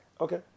okay